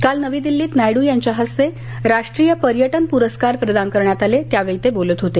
काल नवी दिल्लीत नायडू यांच्या हस्ते राष्ट्रीय पर्यटन पुरस्कार प्रदान करण्यात आले त्यावेळी ते बोलत होते